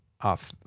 off